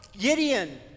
Gideon